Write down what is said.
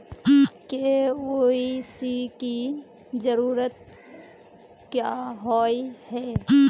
KYC की जरूरत क्याँ होय है?